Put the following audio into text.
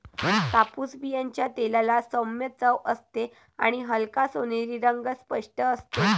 कापूस बियांच्या तेलाला सौम्य चव असते आणि हलका सोनेरी रंग स्पष्ट असतो